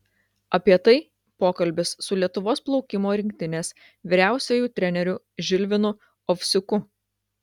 apie tai pokalbis su lietuvos plaukimo rinktinės vyriausiuoju treneriu žilvinu ovsiuku